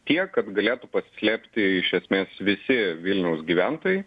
tiek kad galėtų pasislėpti iš esmės visi vilniaus gyventojai